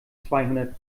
zweihundert